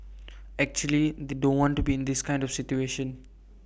actually they don't want to be in this kind of situation